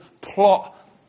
plot